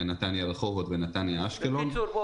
לרחובות ומנתניה לאשקלון -- בקיצור,